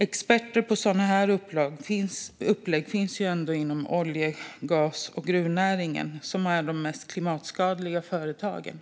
Experter på sådana upplägg finns inom olje-, gas och gruvnäringen, som är de mest klimatskadliga näringarna.